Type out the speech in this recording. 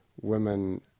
women